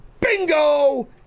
Bingo